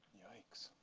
yikes.